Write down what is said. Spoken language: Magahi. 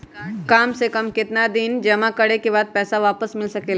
काम से कम केतना दिन जमा करें बे बाद पैसा वापस मिल सकेला?